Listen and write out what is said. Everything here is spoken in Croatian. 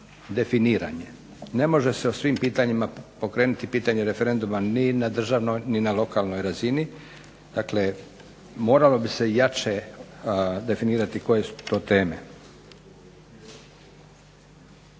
ne može se po svim pitanjima pokrenuti pitanje referenduma ni na državnoj ni na lokalnoj razini, dakle moralo bi se jače definirati koje su to teme.